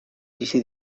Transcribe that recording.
bizi